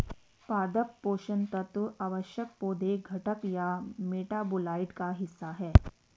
पादप पोषण तत्व आवश्यक पौधे घटक या मेटाबोलाइट का हिस्सा है